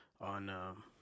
on